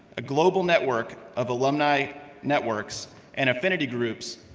a global network of alumni networks and affinity groups,